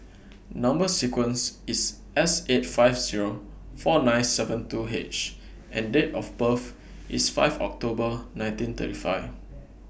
Number sequence IS S eight five Zero four nine seven two H and Date of birth IS five October nineteen thirty five